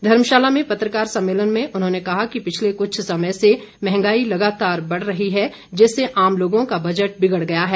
धर्मशाला में पत्रकार सम्मेलन में उन्होंने कहा कि पिछले कृछ समय से महंगाई लगातार बढ़ रही है जिससे आम लोगों का बजट बिगड़ गया है